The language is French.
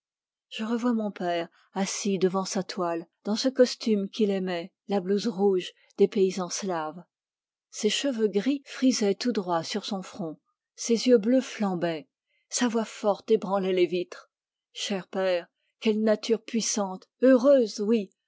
je revois mon père assis devant sa toile dans ce costume qu'il aimait la blouse rouge des paysans slaves ses cheveux gris frisaient tout droit sur son front ses yeux bleus flambaient sa voix ébranlait les vitres cher père quelle nature puissante heureuse oui